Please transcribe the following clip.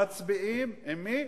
מצביעים עם מי?